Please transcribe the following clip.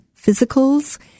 physicals